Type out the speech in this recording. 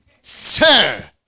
Sir